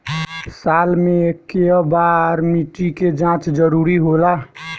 साल में केय बार मिट्टी के जाँच जरूरी होला?